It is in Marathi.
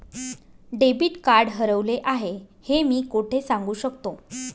डेबिट कार्ड हरवले आहे हे मी कोठे सांगू शकतो?